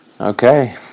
Okay